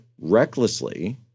recklessly